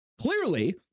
clearly